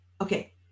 Okay